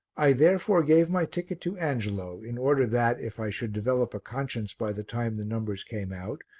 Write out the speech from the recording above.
i, therefore, gave my ticket to angelo in order that, if i should develop a conscience by the time the numbers came out,